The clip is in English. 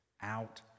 out